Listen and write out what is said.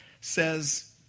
says